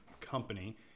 company